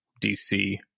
DC